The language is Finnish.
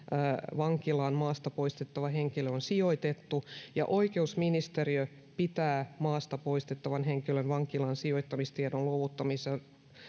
vankilaan maasta poistettava henkilö on sijoitettu oikeusministeriö pitää maasta poistettavan henkilön vankilaansijoittamistiedon luovuttamista